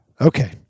Okay